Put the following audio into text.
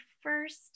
first